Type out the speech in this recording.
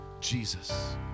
Jesus